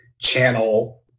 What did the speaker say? channel